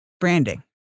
Branding